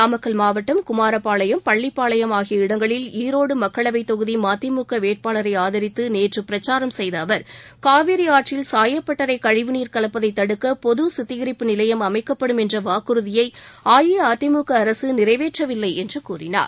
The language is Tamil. நாமக்கல் மாவட்டம் குமாரப்பாளையம் பள்ளிப்பாளையம் ஆகிய இடங்களில் ஈரோடு மக்களவைத் தொகுதி மதிமுக வேட்பாளரை ஆதரித்து நேற்று பிரச்சாரம் செய்த அவர் காவிரி ஆற்றில் சாயப்பட்டறை கழிவு நீர் கலப்பதை தடுக்க பொது சுத்திகரிப்பு நிலையம் அமைக்கப்படும் என்ற வாக்குறுதியை அஇஅதிமுக அரசு நிறைவேற்றவில்லை என்று கூறினார்